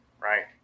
right